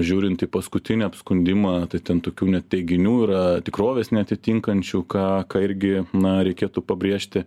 žiūrint į paskutinį apskundimą tai ten tokių net teiginių yra tikrovės neatitinkančių ką ką irgi na reikėtų pabrėžti